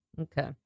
Okay